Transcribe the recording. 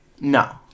no